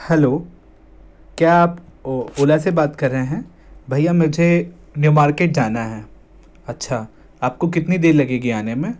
hello क्या आप ओला से बात कर रहे हैं भैया मुझे न्यू मार्केट जाना है अच्छा आपको कितनी देर लगेगी आने में